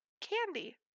candy